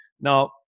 Now